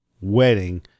wedding